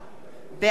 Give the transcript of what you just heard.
ציון פיניאן,